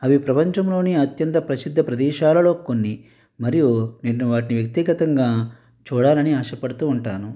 అవి ప్రపంచంలోని అత్యంత ప్రసిద్ధ ప్రదేశాలలో కొన్ని మరియు నేను వాటిని వ్యక్తిగతంగా చూడాలని ఆశ పడుతూ ఉంటాను